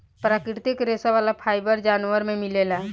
प्राकृतिक रेशा वाला फाइबर जानवर में मिलेला